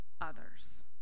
others